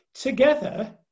Together